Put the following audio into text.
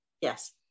Yes